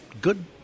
good